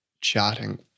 chatting